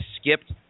skipped